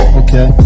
okay